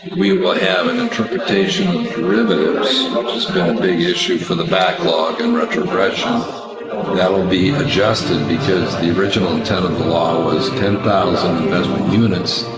we will have an interpretation of derivatives which has been a big issue for the backlog and retrogression that will be adjusted because the original intent of the law was ten thousand investment units,